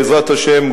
בעזרת השם,